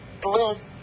blues